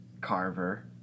Carver